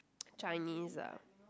Chinese ah